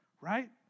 right